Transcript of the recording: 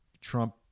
Trump